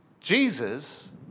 Jesus